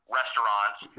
restaurants